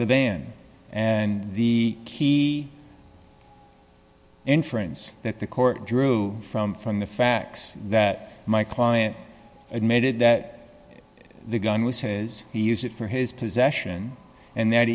the van and the key inference that the court drew from from the facts that my client admitted that the gun was his he used it for his possession and th